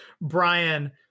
Brian